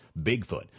Bigfoot